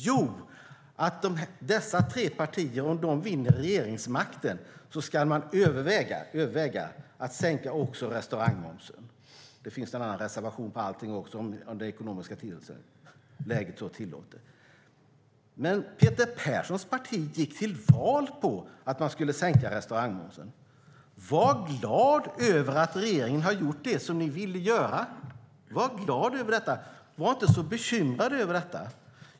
Jo, att dessa tre partier om de vinner regeringsmakten ska överväga att också sänka restaurangmomsen. Det finns någon annan reservation på allting också om det ekonomiska läget så tillåter. Peter Perssons parti gick till val på att man skulle sänka restaurangmomsen. Var glad över att regeringen har gjort det som ni ville göra, och var inte så bekymrad över detta!